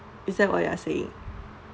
is that what you are saying it's hard to stop cause